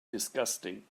disgusting